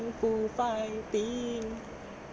everybody like kung fu fighting